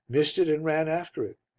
missed it and ran after it,